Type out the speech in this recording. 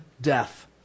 death